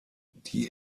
die